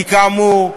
כי, כאמור,